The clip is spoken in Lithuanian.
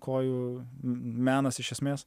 kojų menas iš esmės